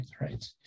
right